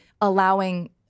allowing